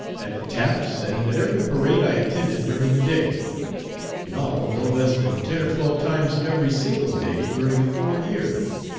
at taps, and at every parade i attended during the day in all no less than ten or twelve times every single day during the four years.